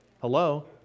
Hello